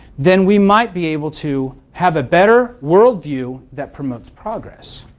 then we might be able to have a better world view that promotes progress.